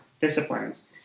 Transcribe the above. disciplines